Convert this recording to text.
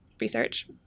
research